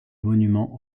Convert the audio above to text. monument